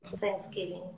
Thanksgiving